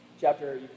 chapter